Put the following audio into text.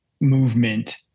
movement